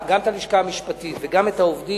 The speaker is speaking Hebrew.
גם את הלשכה המשפטית וגם את העובדים,